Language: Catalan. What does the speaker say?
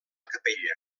capella